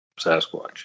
Sasquatch